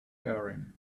erin